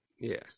yes